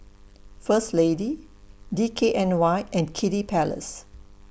First Lady D K N Y and Kiddy Palace